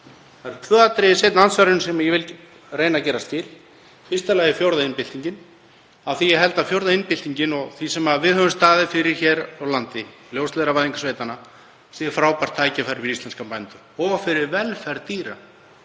eru tvö atriði í seinna andsvarinu sem ég vil reyna að gera skil. Í fyrsta lagi fjórða iðnbyltingin. Ég held að fjórða iðnbyltingin og það sem við höfum staðið fyrir hér á landi, ljósleiðaravæðing sveitanna, sé frábært tækifæri fyrir íslenska bændur og fyrir velferð dýra.